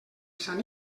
sant